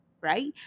right